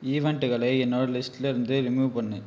ஈவெண்ட்டுகளை என்னோட லிஸ்டில் இருந்து ரிமூவ் பண்ணு